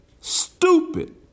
stupid